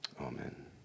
Amen